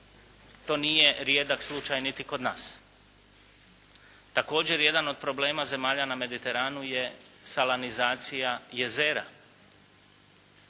to nije rijedak slučaj niti kod nas. Također jedan od problema zemalja na Mediteranu je salanizacija jezera